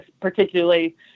particularly